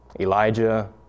Elijah